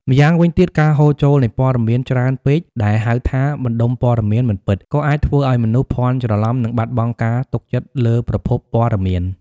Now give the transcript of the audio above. ម្យ៉ាងវិញទៀត ការហូរចូលនៃព័ត៌មានច្រើនពេកដែលហៅថា បណ្តុំព័ត៌មានមិនពិត ក៏អាចធ្វើឲ្យមនុស្សភាន់ច្រឡំនិងបាត់បង់ការទុកចិត្តលើប្រភពព័ត៌មាន។